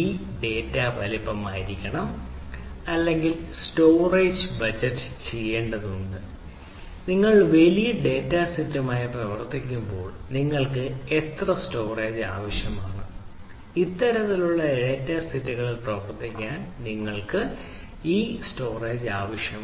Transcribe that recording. ഈ ഡാറ്റാ വലുപ്പമായിരിക്കണം അല്ലെങ്കിൽ സ്റ്റോറേജ് ബജറ്റ് ചെയ്യേണ്ടതുണ്ട് നിങ്ങൾ വലിയ ഡാറ്റാ സെറ്റുമായി പ്രവർത്തിക്കുമ്പോൾ നിങ്ങൾക്ക് എത്ര സ്റ്റോറേജ് ആവശ്യമാണ് ഇത്തരത്തിലുള്ള ഡാറ്റ സെറ്റുകളിൽ പ്രവർത്തിക്കാൻ നിങ്ങൾക്ക് എത്ര സ്റ്റോറേജ് ആവശ്യമാണ്